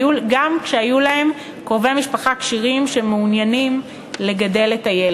כשהיו להם קרובי משפחה כשירים שהיו מעוניינים לגדל אותם.